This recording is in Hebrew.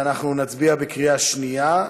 אנחנו נצביע בקריאה שנייה.